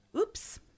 Oops